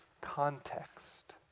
context